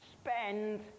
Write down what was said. spend